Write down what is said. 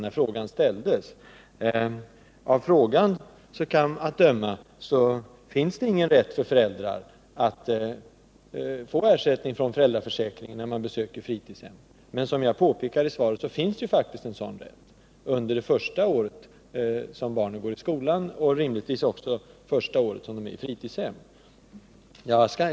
Av frågan att döma känner Inga Lantz inte till, att det finns en rätt för föräldrar att få ersättning från föräldraförsäkringen när de besöker sina barns fritidshem. Men som jag påpekar i svaret finns det faktiskt en sådan rätt under det första året som barnet går i skolan och då rimligtvis också första året på fritidshem.